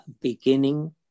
beginning